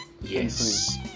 yes